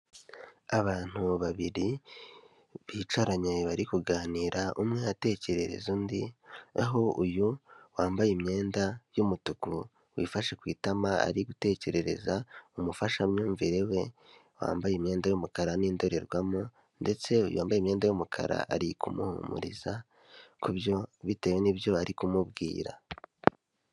Abantu babiri bicaranye bari kuganira umwe atekerereza undi. Aho uyu wambaye imyenda y'umutuku wifashe ku itama ari gutekerereza umufashamyumvire we, wambaye imyenda y'umukara ni indorerwamo, ndetse uyu wambaye imyenda y'umukara ari kumuhumuriza kubyo bitewe n'ibyo ari kumubwira.